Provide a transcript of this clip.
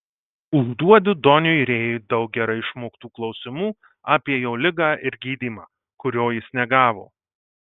užduodu doniui rėjui daug gerai išmoktų klausimų apie jo ligą ir gydymą kurio jis negavo